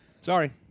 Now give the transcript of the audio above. sorry